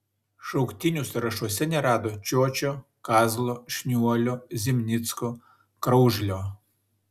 šauktinių sąrašuose nerado čiočio kazlo šniuolio zimnicko kraužlio